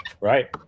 right